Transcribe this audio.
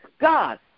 God